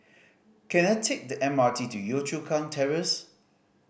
can I take the M R T to Yio Chu Kang Terrace